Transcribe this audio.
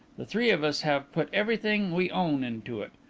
the three of us have put everything we own into it.